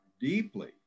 deeply